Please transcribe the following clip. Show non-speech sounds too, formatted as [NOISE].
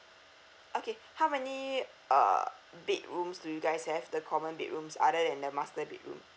okay [BREATH] how many uh bedrooms do you guys have the common bedrooms other than the master bedroom